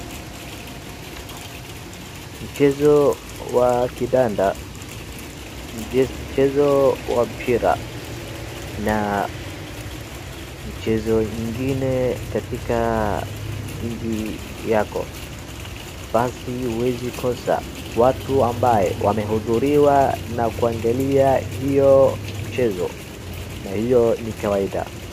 Mchezo wa kandanda , mchezo wa mpira na mchezo ingine katika nchi yako basi uwezi kosa watu ambaye wamehudhuria na kuangalia hio mchezo na hiyo ni kawaida .